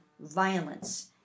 violence